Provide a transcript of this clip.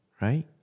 Right